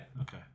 Okay